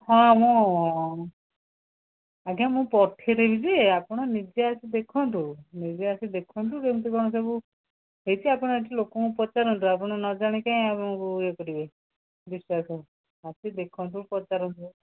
ହଁ ମୁଁ ଆଜ୍ଞା ମୁଁ ପଠେଇଦେବି ଯେ ଆପଣ ନିଜେ ଆସି ଦେଖନ୍ତୁ ନିଜେ ଆସି ଦେଖନ୍ତୁ କେମିତି କ'ଣ ସବୁ ହେଇଛି ଆପଣ ଏଇଠି ଲୋକଙ୍କୁ ପଚାରନ୍ତୁ ଆପଣ ନ ଜାଣିକି କାଇଁ ଆପଣକୁ ଇଏ କରିବେ ବିଶ୍ଵାସ ଆପଣ ଆସି ଦେଖନ୍ତୁ ପଚାରନ୍ତୁ